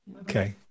Okay